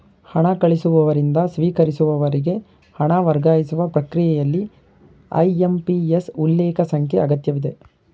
ಹಣ ಕಳಿಸುವವರಿಂದ ಸ್ವೀಕರಿಸುವವರಿಗೆ ಹಣ ವರ್ಗಾಯಿಸುವ ಪ್ರಕ್ರಿಯೆಯಲ್ಲಿ ಐ.ಎಂ.ಪಿ.ಎಸ್ ಉಲ್ಲೇಖ ಸಂಖ್ಯೆ ಅಗತ್ಯವಿದೆ